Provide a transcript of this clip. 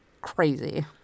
crazy